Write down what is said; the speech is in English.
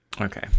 Okay